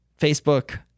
Facebook